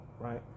right